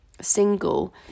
single